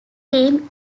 team